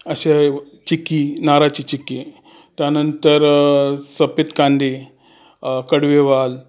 असे चिक्की नारळाची चिक्की त्यानंतर सफेद कांदे कडवे वाल